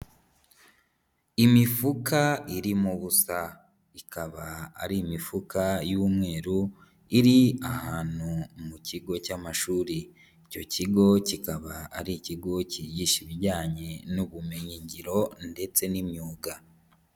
Imifuka irimo ubusa, ikaba ari imifuka y'umweru iri ahantu mu kigo cy'amashuri, icyo kigo kikaba ari ikigo kigisha ibijyanye n'ubumenyingiro ndetse n'imyuga.